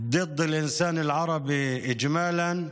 מדיניות של רדיפה אחר האדם הערבי באופן כללי,